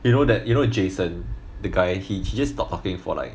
you know that you know jason the guy he he just stopped talking for like